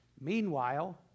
Meanwhile